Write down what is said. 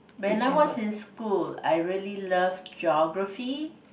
when I was in school I really love geography